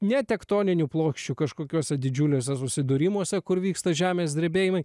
ne tektoninių plokščių kažkokiuose didžiuliuose susidūrimuose kur vyksta žemės drebėjimai